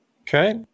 Okay